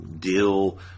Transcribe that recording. dill